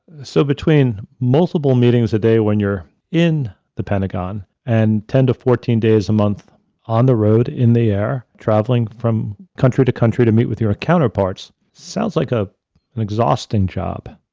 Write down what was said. so, between multiple meetings a day when you're in the pentagon, and ten to fourteen days a month on the road in the air traveling from country to country to meet with your counterparts, sounds like ah an exhausting job.